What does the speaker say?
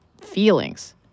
feelings